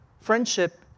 Friendship